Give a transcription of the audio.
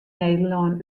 nederlân